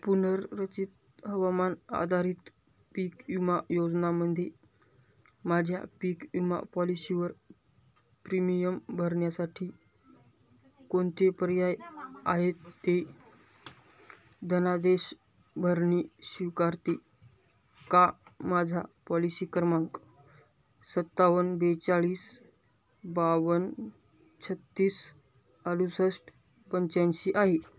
पुनर्रचित हवामान आधारित पीक विमा योजनामध्ये माझ्या पीक विमा पॉलिशीवर प्रीमियम भरण्यासाठी कोणते पर्याय आहेत ते धनादेश भरणे स्वीकारते का माझा पॉलिसी क्रमांक सत्तावन्न बेचाळीस बावन्न छत्तीस अडुसष्ट पंच्याऐंशी आहे